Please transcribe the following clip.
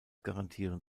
garantieren